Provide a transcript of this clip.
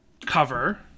cover